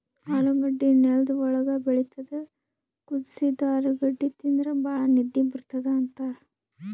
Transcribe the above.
ಆಲೂಗಡ್ಡಿ ನೆಲ್ದ್ ಒಳ್ಗ್ ಬೆಳಿತದ್ ಕುದಸಿದ್ದ್ ಆಲೂಗಡ್ಡಿ ತಿಂದ್ರ್ ಭಾಳ್ ನಿದ್ದಿ ಬರ್ತದ್ ಅಂತಾರ್